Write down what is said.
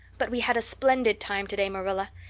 but we had a splendid time today, marilla.